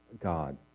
God